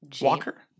Walker